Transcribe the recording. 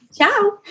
Ciao